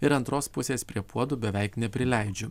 ir antros pusės prie puodų beveik neprileidžiu